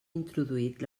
introduït